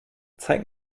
zeig